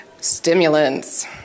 stimulants